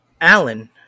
Alan